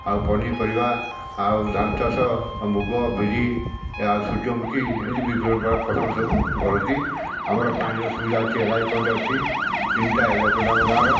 ଆଉ ପନିପରିବା ଆଉ ଧାନ ଚାଷ ମୁଗ ବିରି ଆଉ ସୂର୍ଯ୍ୟମୁଖୀ ଏମିତି ବିଭିନ୍ନପ୍ରକାର ଫସଲ ସବୁ କରନ୍ତି ଆମର ପାଣିର ସୁବିଧା ଅଛି ଏଲ୍ ଆଇ ପଏଣ୍ଟ୍ ଅଛି ତିନିଟା ଏଲ୍ ଆଇ ପଏଣ୍ଟ୍ ଆମ ଗାଁର